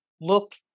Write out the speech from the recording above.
Look